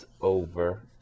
over